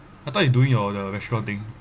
I thought you doing your your restaurant thing